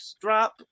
drop